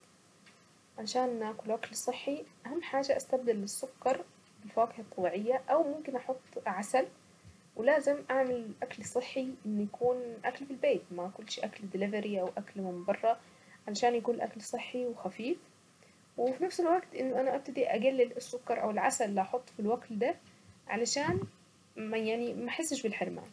عشان ناكل اكل صحي اهم حاجة استبدل السكر بالفواكة الطبيعية ، او ممكن احط عسل، ولازم اعمل اكل صحي ان يكون اكل في البيت ما اكلش اكل ديلفري او اكل من برة علشان يكون اكل صحي وخفيف وفي نفس الوقت انه انا ابتدي أقلل السكر، او العسل اللي أحطه في الاكل ده علشان يعني ما حسش بالحرمان.